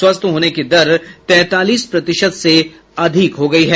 स्वस्थ होने की दर तैंतालीस प्रतिशत से अधिक हो गयी है